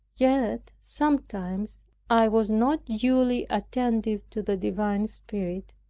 yet sometimes i was not duly attentive to the divine spirit,